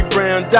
Brown